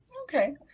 Okay